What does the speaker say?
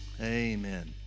Amen